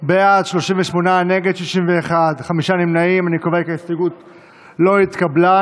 יואב קיש ודוד אמסלם אחרי סעיף 1 לא נתקבלה.